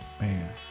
Man